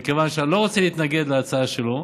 מכיוון שאני לא רוצה להתנגד להצעה שלו,